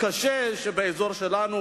הקשה שבאזור שלנו,